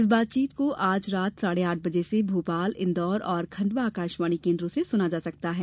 इस बातचीत को आज रात साढ़े आठ बजे से भोपाल इंदौर और खंडवा आकाशवाणी केन्द्रों से सुना जा सकता है